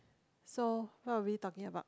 so what were we talking about